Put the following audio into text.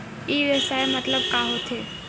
ई व्यवसाय मतलब का होथे?